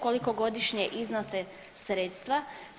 Koliko godišnje iznose sredstva?